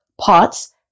pots